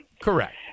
Correct